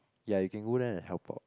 ya you can go there and help out